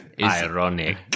Ironic